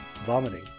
vomiting